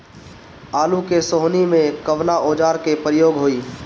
आलू के सोहनी में कवना औजार के प्रयोग होई?